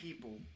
People